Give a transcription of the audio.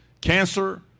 cancer